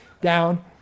down